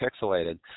pixelated